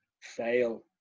fail